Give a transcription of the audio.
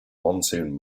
monsoon